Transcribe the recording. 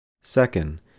Second